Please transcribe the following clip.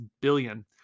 billion